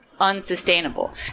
unsustainable